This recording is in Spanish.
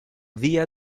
día